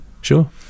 Sure